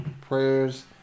Prayers